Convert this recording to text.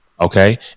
Okay